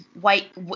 white